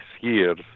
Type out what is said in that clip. years